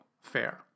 fair